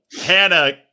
hannah